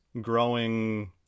growing